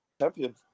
champion